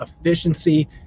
efficiency